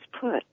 put